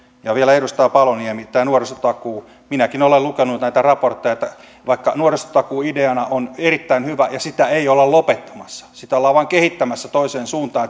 ja vielä edustaja paloniemi tämä nuorisotakuu minäkin olen lukenut näitä raportteja että vaikka nuorisotakuu ideana on erittäin hyvä ja siellä on hyviä juttuja ja sitä ei olla lopettamassa sitä ollaan vain kehittämässä toiseen suuntaan